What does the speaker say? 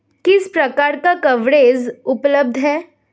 किस प्रकार का कवरेज उपलब्ध है?